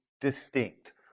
distinct